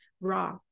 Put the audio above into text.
raw